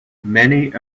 many